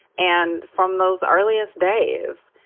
and from those earliest days,